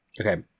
Okay